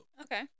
Okay